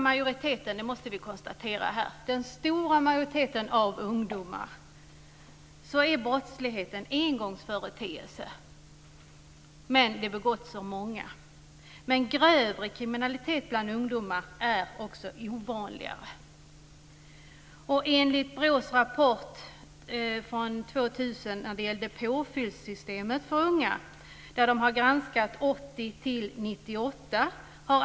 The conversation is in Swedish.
Vi måste här konstatera att för den stora majoriteten av ungdomar är det en engångsföreteelse att man begår ett brott. Men de begås av många. Men grövre kriminalitet bland ungdomar är också ovanlig. Enligt BRÅ:s rapport från år 2000 har man granskat påföljdssystemet för unga under åren 1980-1998.